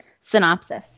synopsis